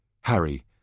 Harry